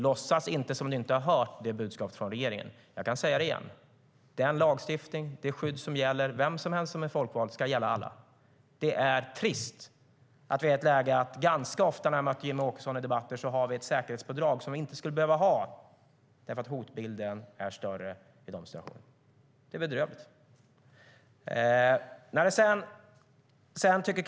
Låtsas inte som att du inte har hört det budskapet från regeringen! Jag kan säga det igen: Den lagstiftning och det skydd som gäller vem som helst som är folkvald ska gälla alla. Ganska ofta när jag möter Jimmie Åkesson i debatter har vi ett säkerhetspådrag som vi inte borde behöva ha, eftersom hotbilden är större i de situationerna. Det är trist, och det är bedrövligt.